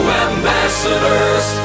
ambassadors